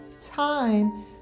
time